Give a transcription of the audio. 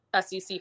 SEC